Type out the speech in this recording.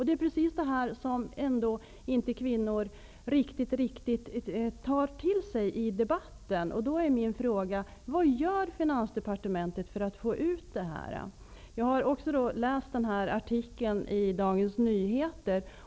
Det är precis detta som kvinnor inte riktigt tar till sig i debatten. Jag har också läst artikeln i Dagens Nyheter.